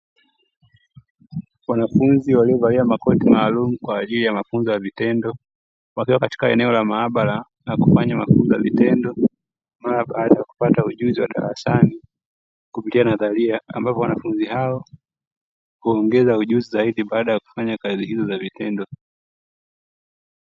Wanafunzi waliovalia makoti maalumu kwa ajili ya mafunzo ya vitendo, wakiwa katika eneo la maabara na kufanya mafunzo ya vitendo, mara baada ya kupata ujuzi wa darasani kupitia nadharia, ambapo wanafunzi hao huongeza ujuzi zaidi baada ya kufanya kazi hizo za vitendo.